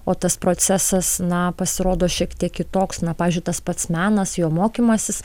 o tas procesas na pasirodo šiek tiek toks na pavyzdžiui tas pats menas jo mokymasis